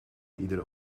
iedere